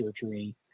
surgery